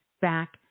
back